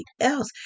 else